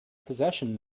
possession